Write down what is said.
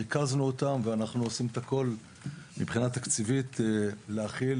ריכזנו אותם ואנחנו עושים את הכול מבחינה תקציבית להחיל